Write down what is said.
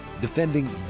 Defending